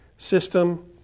system